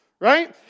Right